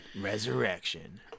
resurrection